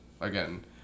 again